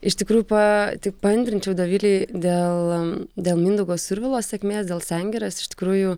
iš tikrųjų pa tik paantrinčiau dovilei dėl dėl mindaugo survilo sėkmės dėl sengirės iš tikrųjų